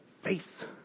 Face